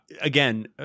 again